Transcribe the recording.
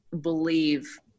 believe